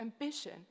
ambition